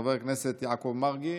חבר הכנסת יעקב מרגי,